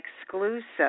exclusive